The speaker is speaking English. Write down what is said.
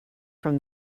from